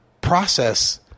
process